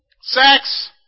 Sex